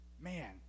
Man